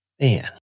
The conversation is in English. Man